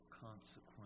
consequence